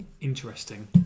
Interesting